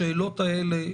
השאלות האלה,